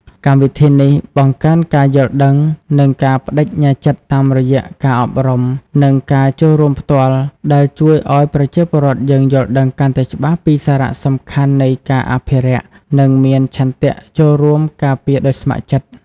កម្មវិធីនេះបង្កើនការយល់ដឹង និងការប្ដេជ្ញាចិត្ត តាមរយៈការអប់រំ និងការចូលរួមផ្ទាល់ ដែលជួយឱ្យប្រជាពលរដ្ឋយល់ដឹងកាន់តែច្បាស់ពីសារៈសំខាន់នៃការអភិរក្ស និងមានឆន្ទៈចូលរួមការពារដោយស្ម័គ្រចិត្ត។